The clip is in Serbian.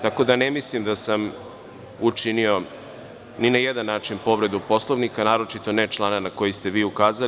Tako da ne mislim da sam učinio ni na jedan način povredu Poslovnika, naročito ne člana na koji ste vi ukazali.